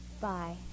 bye